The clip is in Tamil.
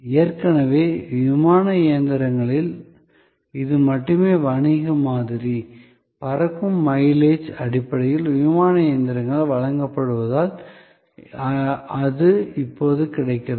ஏற்கனவே விமான இயந்திரங்களில் இது மட்டுமே வணிக மாதிரி பறக்கும் மைலேஜ் அடிப்படையில் விமான இயந்திரங்கள் வழங்கப்படுவதால் அது இப்போது கிடைக்கிறது